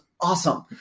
awesome